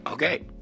Okay